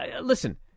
Listen